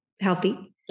healthy